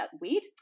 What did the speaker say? weed